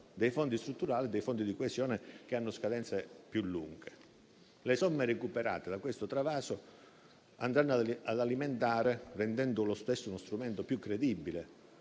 dei fondi strutturali e dei fondi di coesione, che hanno scadenze più lunghe. Le somme recuperate da questo travaso andranno ad alimentare, rendendolo uno strumento più credibile,